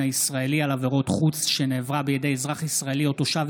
הישראלי על עבירות חוץ שנעברה בידי אזרח ישראלי